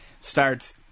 starts